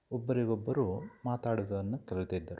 ಒಬ್ಬರಿಗೊಬ್ಬರು ಮಾತಾಡೊದನ್ನು ಕಲಿತಿದ್ದರು